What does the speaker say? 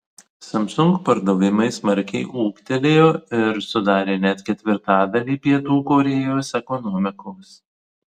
samsung pardavimai smarkiai ūgtelėjo ir sudarė net ketvirtadalį pietų korėjos ekonomikos